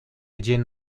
jean